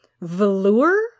velour